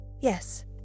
Yes